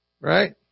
Right